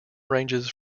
ranges